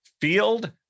field